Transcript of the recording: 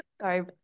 Sorry